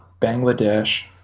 Bangladesh